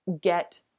get